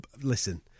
listen